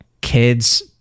kids